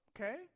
okay